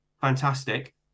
fantastic